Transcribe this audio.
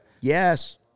Yes